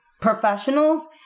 professionals